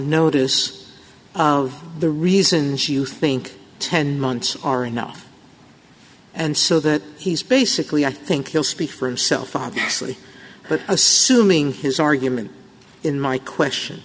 notice of the reasons you think ten months are enough and so that he's basically i think he'll speak for himself obviously but assuming his argument in my question